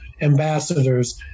ambassadors